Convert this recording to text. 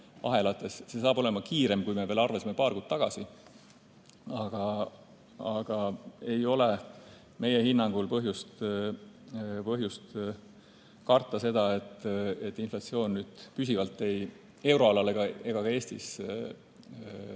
see saab olema kiirem, kui me arvasime paar kuud tagasi. Aga ei ole meie hinnangul põhjust karta seda, et inflatsioon püsivalt euroalal ja ka Eestis liiga